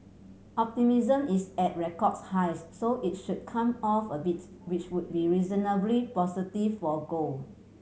optimism is at record highs so it should come off a bit which would be reasonably positive for gold